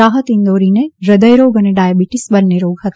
રાહત ઈંદોરીને હૃદય રોગ અને ડાયાબિટીસ બંને રોગ હતા